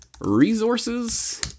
resources